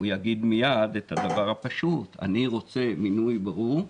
יגיד מיד את הדבר הפשוט: אני רוצה מינוי ברור,